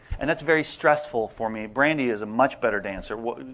and that's very stressful for me. brandi is a much better dancer.